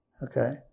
Okay